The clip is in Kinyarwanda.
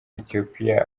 ethiopia